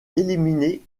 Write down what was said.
éliminer